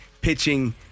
pitching